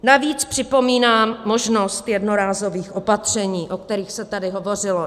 Navíc připomínám možnost jednorázových opatření, o kterých se tady hovořilo.